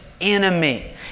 enemy